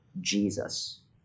Jesus